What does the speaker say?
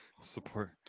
support